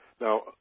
Now